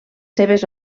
seves